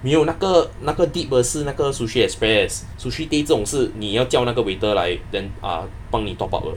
没有那个那个 dip 的是那个 sushi express sushi tei 这种是你要叫那个 waiter 来 then uh 帮你 top up 的